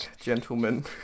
gentlemen